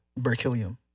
Berkelium